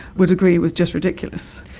would agree was just ridiculous.